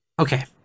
Okay